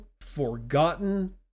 forgotten